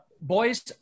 Boys